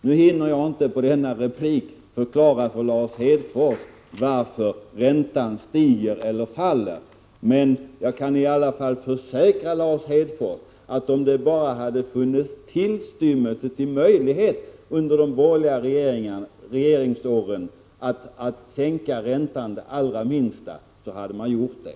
Jag hinner inte att under denna replik förklara för Lars Hedfors varför räntan stiger eller faller, men jag kan försäkra honom att om det under de borgerliga regeringsåren hade funnits tillstymmelse till möjlighet att sänka räntan det allra minsta så hade man gjort det.